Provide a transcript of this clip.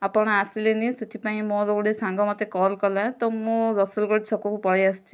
ଆପଣ ଆସିଲେନି ସେଥିପାଇଁ ମୋର ଗୋଟେ ସାଙ୍ଗ ମତେ କଲ କଲା ତ ମୁଁ ରସୁଲଗଡ଼ ଛକକୁ ପଳାଇଆସିଛି